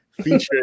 featured